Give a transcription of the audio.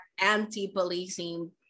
anti-policing